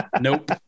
Nope